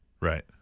Right